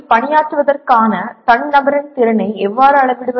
ஆனால் ஒரு அணியில் பணியாற்றுவதற்கான தனிநபரின் திறனை எவ்வாறு அளவிடுவது